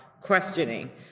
questioning